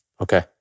Okay